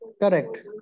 Correct